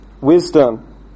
wisdom